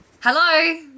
Hello